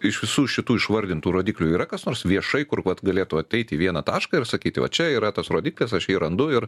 iš visų šitų išvardintų rodiklių yra kas nors viešai kur vad galėtų ateit į vieną tašką ir sakyti vat čia yra tas rodiklis aš jį randu ir